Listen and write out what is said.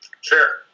Sure